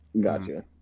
Gotcha